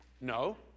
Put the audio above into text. No